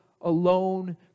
alone